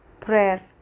Prayer